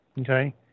okay